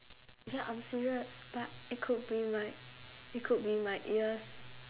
ya I'm serious but it could be my it could be my ears